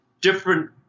different